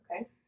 Okay